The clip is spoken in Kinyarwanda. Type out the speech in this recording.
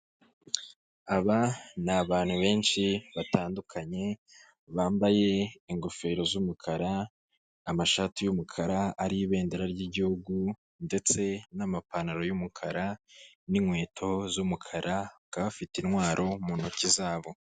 Aba ni abantu benshi batandukanye, bambaye ingofero z'umukara, amashati y'umukara, ariho ibendera ry'igihugu, ndetse n'amapantaro y'umukara, n'inkweto z'umukara, bakaba bafite intwaro mu ntoki zabo.